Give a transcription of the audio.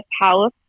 house